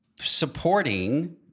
supporting